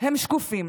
הם שקופים